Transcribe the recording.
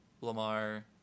Lamar